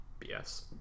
BS